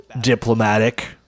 diplomatic